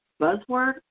buzzword